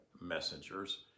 messengers